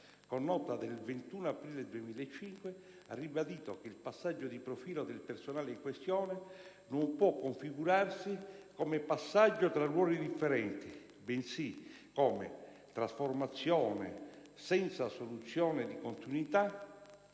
con nota del 21 aprile 2005, ha ribadito che il passaggio di profilo del personale in questione non può configurarsi come passaggio tra ruoli differenti bensì come '"...trasformazione, senza soluzione di continuità,